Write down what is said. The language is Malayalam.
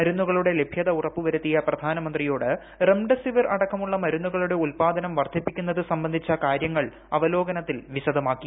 മരുന്നുകളു്ടെ ലഭ്യത ഉറപ്പുവരുത്തിയ പ്രധാനമന്ത്രിയോട് റെംഡെസ്സീപിർ അടക്കമുള്ള മരുന്നുകളുടെ ഉത്പാദനം വർദ്ധിപ്പിക്കുന്നുത് സംബന്ധിച്ച കാര്യങ്ങൾ അവലോകനത്തിൽ വിശദമാക്കി